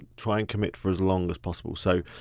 try and commit for as long as possible. so